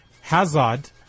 Hazard